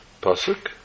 Pasuk